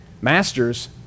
Masters